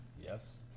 Yes